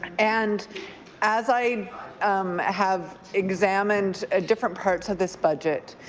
and as i have examined ah different parts of this budget,